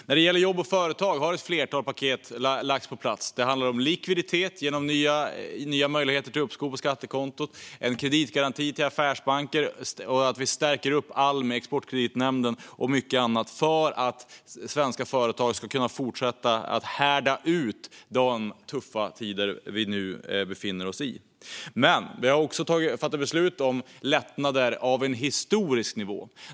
När det gäller jobb och företag har ett flertal paket lagts på plats. Det handlar om likviditet genom nya möjligheter till uppskov på skattekontot, en kreditgaranti till affärsbanker och att vi stärker upp Almi, Exportkreditnämnden och mycket annat för att svenska företag ska kunna fortsätta att härda ut de tuffa tider vi nu befinner oss i. Vi har också fattat beslut om lättnader på en historisk nivå.